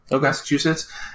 Massachusetts